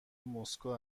مسکو